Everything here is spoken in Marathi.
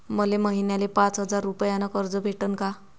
मले महिन्याले पाच हजार रुपयानं कर्ज भेटन का?